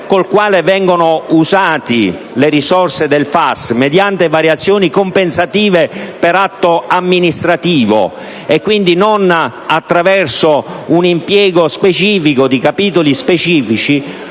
il quale vengono usate le risorse del FAS, mediante variazioni compensative per atto amministrativo e quindi non attraverso un impiego specifico di capitoli specifici,